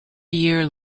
year